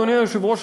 אדוני היושב-ראש,